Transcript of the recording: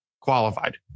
qualified